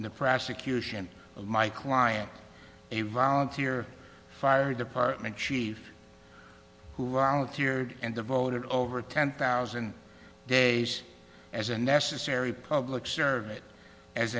the prosecution of my client a volunteer fire department chief who outhere and devoted over ten thousand days as a necessary public servant as